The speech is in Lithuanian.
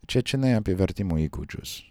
čia čianai apie vertimo įgūdžius